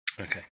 Okay